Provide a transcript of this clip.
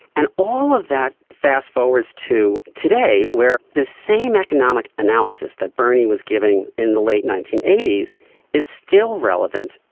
and all of that fast-forwards to today where the same economic analysis that bernie was giving in the late nineteen eighty s is still relevant,